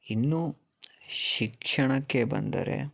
ಇನ್ನು ಶಿಕ್ಷಣಕ್ಕೆ ಬಂದರೆ